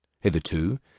Hitherto